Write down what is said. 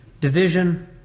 division